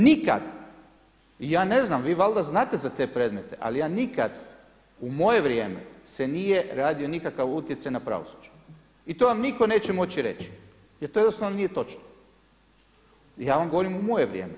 Nikad, ja ne znam, vi valjda znate za te predmete, ali ja nikad u moje vrijeme se nije radio nikakav utjecaj na pravosuđe i vam niko neće moći reći jer to jednostavno nije točno, ja vam govorim u moje vrijeme.